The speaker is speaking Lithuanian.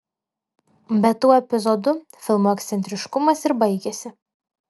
bet tuo epizodu filmo ekscentriškumas ir baigiasi